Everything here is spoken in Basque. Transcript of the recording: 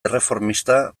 erreformista